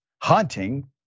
hunting